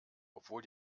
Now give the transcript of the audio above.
obwohl